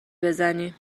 بزنی